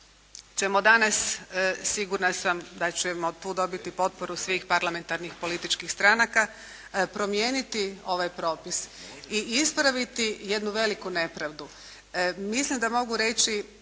ćemo danas sigurna sam, da ćemo tu dobiti potporu svih parlamentarnih političkih stranaka promijeniti ovaj propis i ispraviti jednu veliku nepravdu. Mislim da mogu reći,